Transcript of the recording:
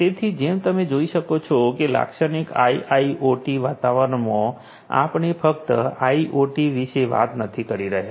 તેથી જેમ તમે જોઈ શકો છો કે લાક્ષણિક આઇઆઇઓટી વાતાવરણમાં આપણે ફક્ત આઇઓટી વિશે વાત નથી કરી રહ્યા